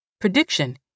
Prediction